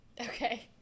Okay